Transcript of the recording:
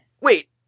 Wait